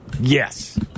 Yes